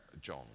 John